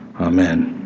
Amen